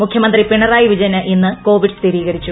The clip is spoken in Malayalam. മുഖ്യമന്ത്രി പിണറായി വിജയന്ക്ക്ന് കോവിഡ് സ്ഥിരീകരിച്ചു